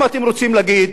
אם אתם רוצים להגיד: